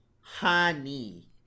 honey